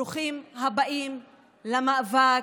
ברוכים הבאים למאבק,